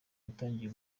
watangiye